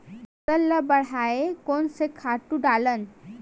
फसल ल बढ़ाय कोन से खातु डालन?